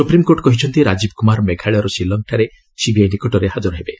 supreme court କହିଛନ୍ତି ରାଜୀବ କୁମାର ମେଘାଳୟର ଶିଲଙ୍ଗଠାରେ ସିବିଆଇ ନିକଟରେ ହାଜର ହେବେ